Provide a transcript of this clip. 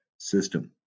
System